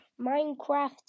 Minecraft